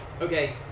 Okay